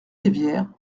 rivière